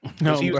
No